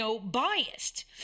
biased